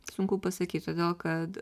sunku pasakyt todėl kad